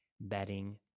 bedding